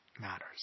matters